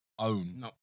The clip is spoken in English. own